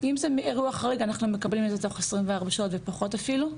אם זה אירוע חריג אנחנו מקבלים את זה תוך 24 שעות ופחות אפילו.